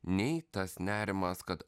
nei tas nerimas kad